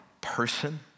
person